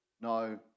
No